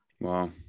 Wow